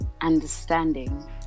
understanding